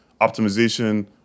optimization